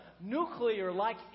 nuclear-like